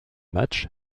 match